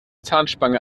zahnspange